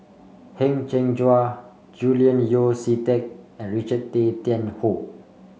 Heng Cheng Hwa Julian Yeo See Teck and Richard Tay Tian Hoe